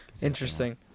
Interesting